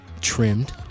trimmed